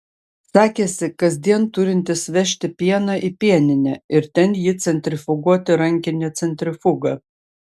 sakėsi kasdien turintis vežti pieną į pieninę ir ten jį centrifuguoti rankine centrifuga